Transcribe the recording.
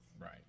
Right